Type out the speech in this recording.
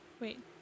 Wait